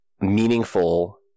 meaningful